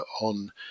on